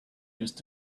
used